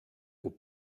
aux